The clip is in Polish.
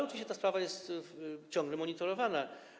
Oczywiście ta sprawa jest ciągle monitorowana.